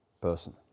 person